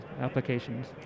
applications